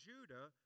Judah